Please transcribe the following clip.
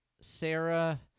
Sarah